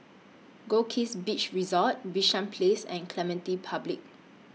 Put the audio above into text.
Goldkist Beach Resort Bishan Place and Clementi Public